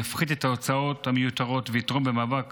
יפחית את ההוצאות המיותרות ויתרום למאבק